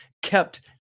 kept